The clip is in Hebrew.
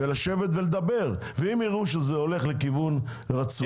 אם יראו שזה הולך לכיוון רצוי,